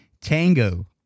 Tango